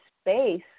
space